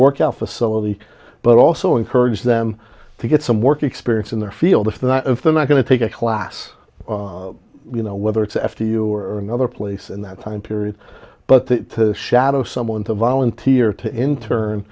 workout facility but also encourage them to get some work experience in their field if not if they're not going to take a class you know whether it's after you or another place in that time period but the shadow someone to volunteer to in turn